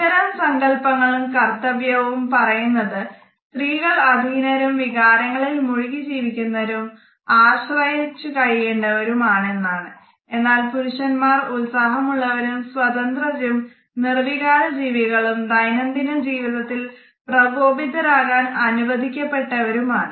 ഇത്തരം സങ്കല്പങ്ങളും കർത്തവ്യവും പറയുന്നത് സ്ത്രീകൾ അധീനരും വികാരങ്ങളിൽ മുഴുകി ജീവിക്കുന്നവരും ആശ്രയിച്ച് കഴിയേണ്ടവരും ആണെന്നാണ് എന്നാല് പുരുഷന്മാർ ഉത്സാഹമുള്ളവരും സ്വതന്ത്രരും നിർവ്വികാര ജീവികളും ദൈനംദിന ജീവിതത്തിൽ പ്രകോപിതരാകാൻ അനുവദിക്കപ്പെട്ടവരുമാണ്